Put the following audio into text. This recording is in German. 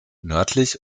nördlich